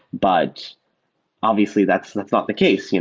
but obviously that's that's not the case. you know